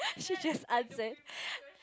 she just answer